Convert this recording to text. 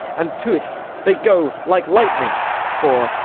and to't they go like lightning for,